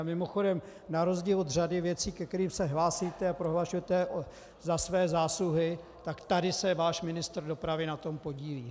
A mimochodem, na rozdíl od řady věcí, ke kterým se hlásíte a prohlašujete za své zásluhy, tak tady se váš ministr dopravy na tom podílí.